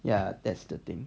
ya that's the thing